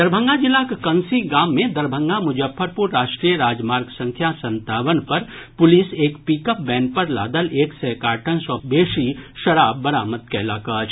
दरभंगा जिलाक कसी गाम मे दरभंगा मुजफ्फरपुर राष्ट्रीय राजमार्ग संख्या संतावन पर पुलिस एक पिकअप वैन पर लादल एक सय कार्टन सँ बेसी शराब बरामद कयलक अछि